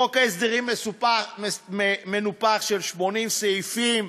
חוק ההסדרים מנופח של 80 סעיפים,